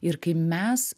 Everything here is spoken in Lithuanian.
ir kai mes